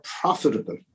profitable